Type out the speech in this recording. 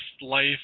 life